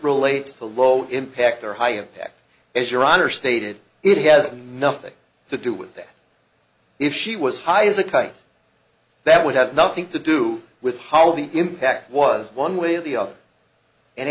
relates to low impact or high impact as your honor stated it has nothing to do with that if she was high as a kite that would have nothing to do with how the impact was one way or the